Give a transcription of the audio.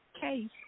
case